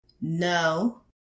No